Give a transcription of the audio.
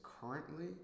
currently